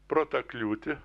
pro tą kliūtį